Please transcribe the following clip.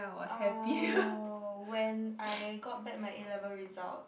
uh when I got back my A-level results